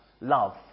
love